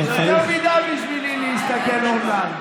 זה יותר מדי בשבילי להסתכל אונליין.